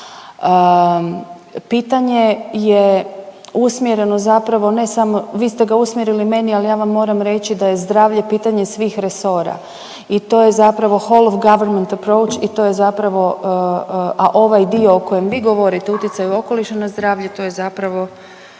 Pitanje je usmjereno zapravo ne samo, vi ste ga usmjerili meni, ali ja vam moram reći da je zdravlje pitanje svih resora i to je zapravo …/Govornik se ne razumije./…i to je zapravo, a ovaj dio o kojem vi govorite utjecaju okoliša na zdravlje, to je zapravo,